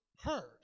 heard